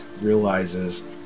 realizes